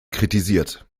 kritisiert